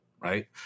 right